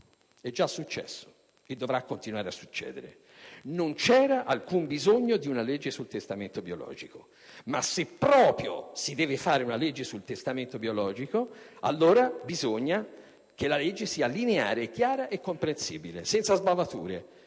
È già successo e dovrà continuare a succedere. Non c'era alcun bisogno di una legge sul testamento biologico. Ma se proprio si deve predisporre una legge sul testamento biologico, allora bisogna che essa sia lineare, chiara e comprensibile, senza sbavature,